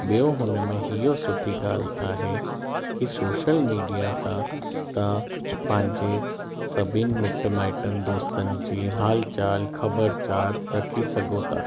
ॿियो हुन में इहो सुठी ॻाल्हि आहे की सोशल मीडिया सां तव्हां पंहिंजे सभिनि मिट माइटनि दोस्तनि जी हाल चाल ख़बर चार रखी सघो था